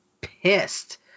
pissed